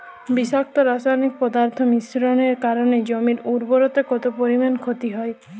বিষাক্ত রাসায়নিক পদার্থের মিশ্রণের কারণে জমির উর্বরতা কত পরিমাণ ক্ষতি হয়?